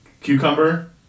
Cucumber